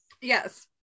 Yes